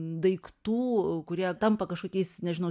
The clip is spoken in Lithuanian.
daiktų kurie tampa kažkokiais nežinau